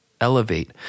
elevate